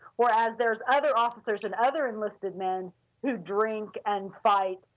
whereas there's other officers and other unlisted men who drink and fight.